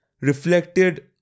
reflected